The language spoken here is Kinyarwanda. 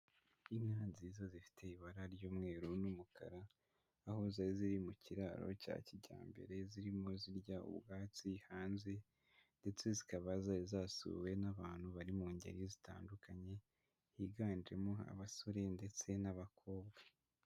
Inka nziza zifite ibara ry'umweru n'umukara, aho zari ziri mu kiraro cya kijyambere zirimo zirya ubwatsi hanze ndetse zikaba zari zasuwe n'abantu bari mu ngeri zitandukanye, higanjemo abasore ndetse n'abakobwa.